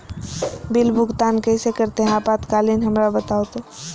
Bill भुगतान कैसे करते हैं आपातकालीन हमरा बताओ तो?